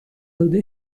داده